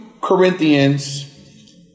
Corinthians